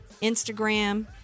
Instagram